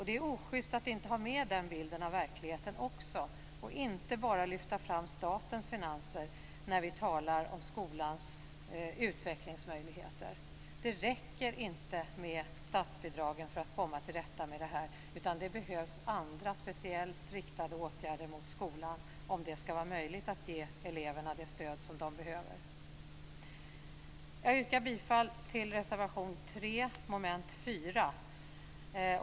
Det är oschyst att inte ha med också den bilden av verkligheten utan bara lyfta fram statens finanser när vi talar om skolans utvecklingsmöjligheter. Det räcker inte med statsbidragen för att komma till rätta med de här, utan det behövs andra mot skolan speciellt riktade åtgärder om det skall vara möjligt att ge eleverna det stöd som de behöver.